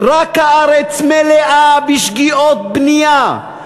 רק הארץ מלאה בשגיאות בנייה,